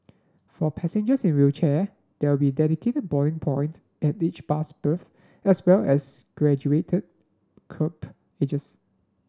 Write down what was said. for passengers in wheelchair there we dedicated boarding points at each bus berth as well as graduated kerb edges